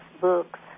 books